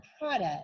product